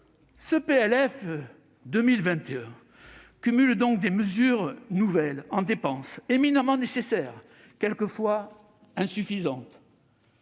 Le PLF pour 2021 cumule donc des mesures nouvelles en dépenses, éminemment nécessaires, mais parfois insuffisantes,